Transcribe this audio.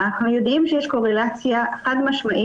אנחנו יודעים שיש קורלציה חד-משמעית